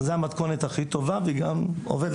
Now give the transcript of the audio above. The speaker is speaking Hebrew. זו המתכונת הכי טובה והיא גם עובדת.